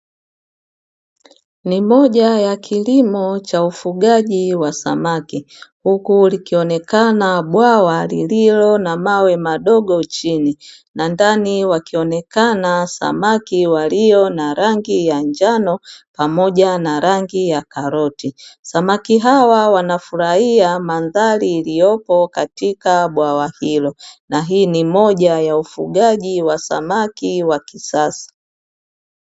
Ni moja ya kilimo cha ufugaji wa samaki, huku likionekana bwawa lililo na mawe madogo chini, na ndani wakionekana samaki walio na rangi ya njano pamoja na rangi ya karoti. Samaki hawa wanafurahia mandhari iliyopo katika bwawa hilo na hii ni moja ya ufugaji wa samaki wa kisasa.